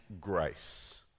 grace